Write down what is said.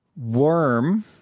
Worm